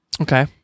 Okay